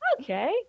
okay